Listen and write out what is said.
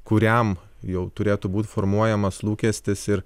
kuriam jau turėtų būt formuojamas lūkestis ir